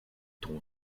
ton